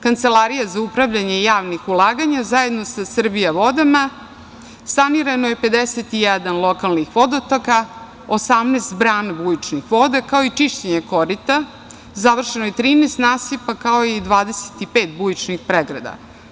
Kancelarija za upravljanje javnih ulaganja zajedno sa „Srbijavodama“, sanirano je 51 lokalnih vodotoka, 18 brana bujičnih voda, kao i čišćenje korita, završeno je 13 nasipa, kao i 25 bujičnih pregrada.